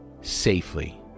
safely